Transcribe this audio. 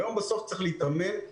בסוף צריך להתאמן.